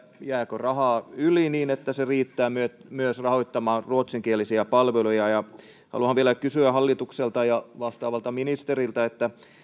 jääkö rahaa yli niin että se riittää myös myös rahoittamaan ruotsinkielisiä palveluja ja haluan vielä kysyä hallitukselta ja vastaavalta ministeriltä